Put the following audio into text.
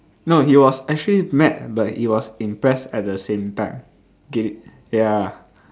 no he was actually mad but he was impressed at the same time K ya